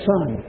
Son